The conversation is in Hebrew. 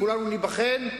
כולנו ניבחן,